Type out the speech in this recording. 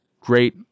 great